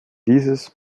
dieses